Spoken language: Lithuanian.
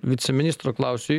viceministro klausiu